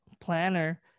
planner